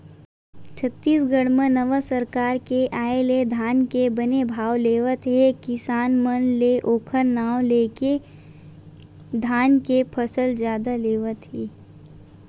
छत्तीसगढ़ म नवा सरकार के आय ले धान के बने भाव लेवत हे किसान मन ले ओखर नांव लेके धान के फसल जादा लेवत हे